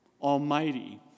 Almighty